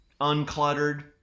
uncluttered